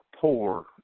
poor